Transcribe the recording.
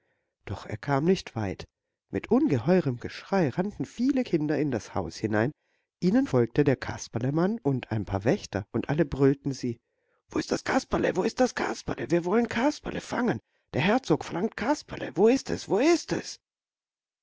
doch er kam nicht weit mit ungeheurem geschrei rannten viele kinder in das haus hinein ihnen folgte der kasperlemann und ein paar wächter und alle brüllten sie wo ist das kasperle wo ist das kasperle wir wollen kasperle fangen der herzog verlangt kasperle wo ist es wo ist es